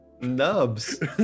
Nubs